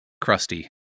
crusty